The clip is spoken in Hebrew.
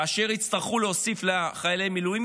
כאשר יצטרכו להוסיף ימים לחיילי המילואים